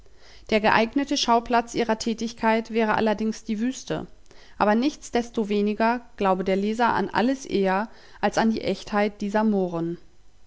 der geeignete schauplatz ihrer tätigkeit wäre allerdings die wüste aber nichtsdestoweniger glaube der leser an alles eher als an die echtheit dieser mohren